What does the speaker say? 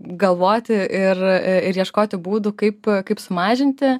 galvoti ir ir ieškoti būdų kaip kaip sumažinti